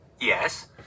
Yes